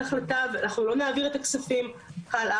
אנחנו נבדוק בעוד תקופה מסוימת בבדיקה יזומה שלנו,